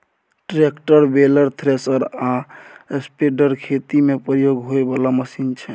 tractor, baler, thresher आ spreader खेती मे प्रयोग होइ बला मशीन छै